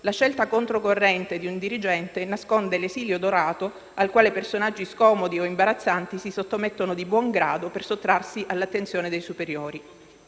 la scelta controcorrente di un dirigente nasconde l'esilio dorato al quale personaggi scomodi o imbarazzanti si sottomettono di buon grado per sottrarsi all'attenzione dei superiori.